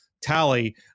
tally